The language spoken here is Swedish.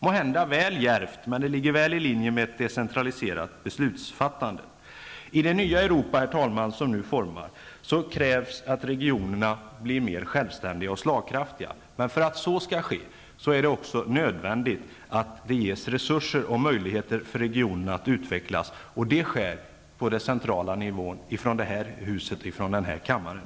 Måhända väl djärvt, men det ligger väl i linje med ett decentraliserat besutsfattande. I det nya Europa som nu formas krävs att regionerna blir mer självständiga och slagkraftiga. För att så skall ske, är det nödvändigt att regionerna ges resurser och möjligheter att utvecklas. Det sker på den centrala nivån från det här huset, från den här kammaren.